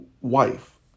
wife